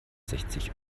sechzig